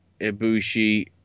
Ibushi